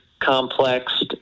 complex